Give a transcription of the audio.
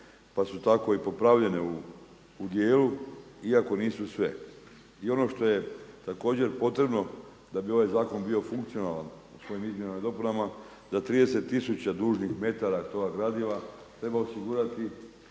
pa su tako i popravljene u dijelu iako nisu sve. I ono što je također potrebno da bi ovaj zakon bio funkcionalan u svojim izmjenama i dopunama, da 30 tisuća dužnih metara toga gradiva treba osigurati